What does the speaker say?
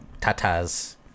tatas